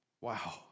Wow